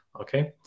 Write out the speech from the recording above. okay